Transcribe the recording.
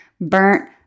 burnt